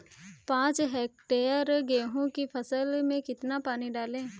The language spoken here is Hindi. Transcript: पाँच हेक्टेयर गेहूँ की फसल में कितना पानी डालें?